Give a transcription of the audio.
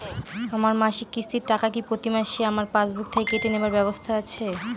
আমার মাসিক কিস্তির টাকা কি প্রতিমাসে আমার পাসবুক থেকে কেটে নেবার ব্যবস্থা আছে?